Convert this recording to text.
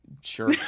sure